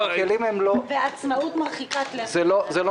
ועצמאות מרחיקת לכת.